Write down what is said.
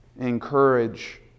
encourage